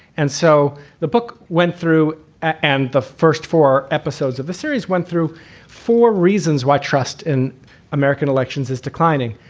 and so the book went through and the first four episodes of the series went through four reasons why trust in american elections is declining.